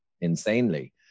insanely